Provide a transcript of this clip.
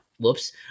whoops